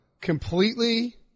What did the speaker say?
completely